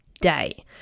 day